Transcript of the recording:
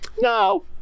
No